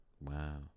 Wow